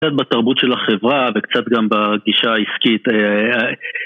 קצת בתרבות של החברה וקצת גם בגישה העסקית